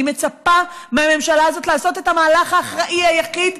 אני מצפה מהממשלה הזאת לעשות את המהלך האחראי היחיד,